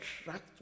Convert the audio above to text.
attract